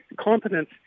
competence